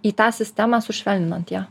į tą sistemą sušvelninant ją